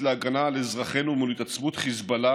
להגנה על אזרחינו מול התעצמות חיזבאללה,